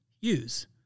use